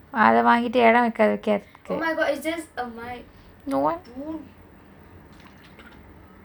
அத வாங்கிட்டு எடோ கதைகுரதுக்கு:atha vaangitu edo kathaikurathuku no [what]